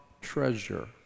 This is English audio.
treasure